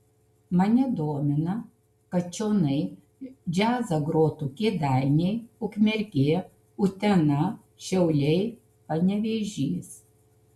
mane domina kad čionai džiazą grotų kėdainiai ukmergė utena šiauliai panevėžys